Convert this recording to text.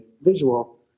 visual